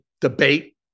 debate